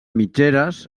mitgeres